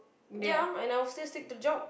ya and I will still stick to the job